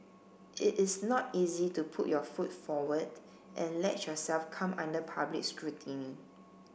it is not easy to put your foot forward and let yourself come under public scrutiny